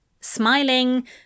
Smiling